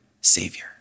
Savior